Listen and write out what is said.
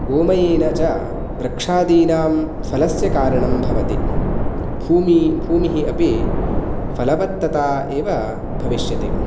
गोमयेन च वृक्षादीनां फलस्य कारणं भवति भूमि भूमिः अपि फलवत्ता एव भविष्यति